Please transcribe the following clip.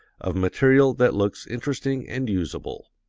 of material that looks interesting and usable.